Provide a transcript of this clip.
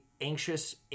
Anxious